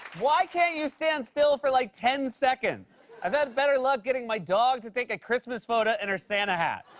why can't you stand still for like ten seconds? i've had better luck getting my dog to take a christmas photo in her santa hat